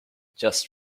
just